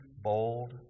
bold